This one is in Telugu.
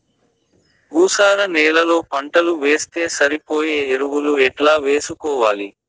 భూసార నేలలో పంటలు వేస్తే సరిపోయే ఎరువులు ఎట్లా వేసుకోవాలి?